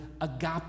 agape